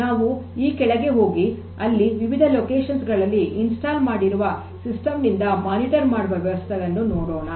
ನಾವು ಈಗ ಕೆಳಗೆ ಹೋಗಿ ಅಲ್ಲಿ ವಿವಿಧ ಸ್ಥಳಗಳಲ್ಲಿ ಸ್ಥಾಪನೆ ಮಾಡಿರುವ ಸಿಸ್ಟಮ್ ನಿಂದ ಮೇಲ್ವಿಚಾರಣೆ ಮಾಡುವ ವ್ಯವಸ್ಥೆಯನ್ನು ನೋಡೋಣ